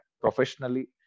professionally